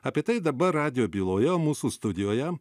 apie tai dabar radijo byloje o mūsų studijoje